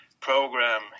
program